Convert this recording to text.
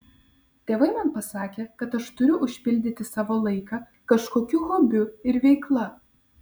tėvai man pasakė kad aš turiu užpildyti savo laiką kažkokiu hobiu ir veikla